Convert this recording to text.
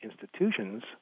institutions